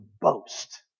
boast